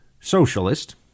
socialist